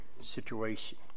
situation